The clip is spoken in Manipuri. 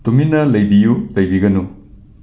ꯇꯨꯃꯤꯟꯅ ꯂꯩꯕꯤꯌꯨ ꯂꯩꯕꯤꯒꯅꯨ